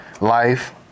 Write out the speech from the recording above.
Life